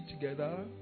together